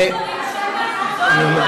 זה שני דברים שונים,